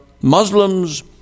Muslims